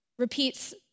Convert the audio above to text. Repeats